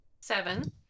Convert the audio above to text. seven